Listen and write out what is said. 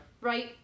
right